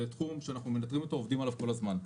זה תחום שאנחנו מנטרים אותו, עובדים עליו כל הזמן.